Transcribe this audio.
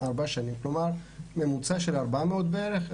כלומר ממוצע של 400 בערך.